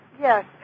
Yes